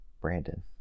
Brandon